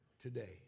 today